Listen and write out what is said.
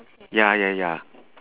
ya ya ya